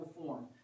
form